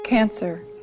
Cancer